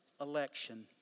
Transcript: election